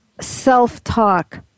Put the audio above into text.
self-talk